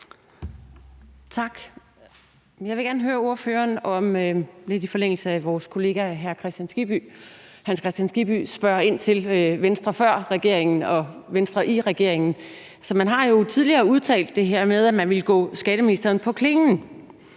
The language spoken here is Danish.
Tak. Jeg vil gerne høre ordføreren lidt i forlængelse af vores kollega Hans Kristian Skibbys spørgsmål. Hans Kristian Skibby spørger ind til Venstre før regeringen og Venstre i regeringen. Man har jo tidligere udtalt det her med, at man ville gå skatteministeren på klingen